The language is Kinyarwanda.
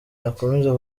akomeza